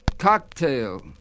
cocktail